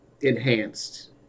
enhanced